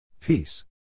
Peace